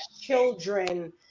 children